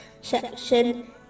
section